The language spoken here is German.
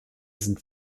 sind